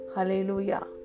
Hallelujah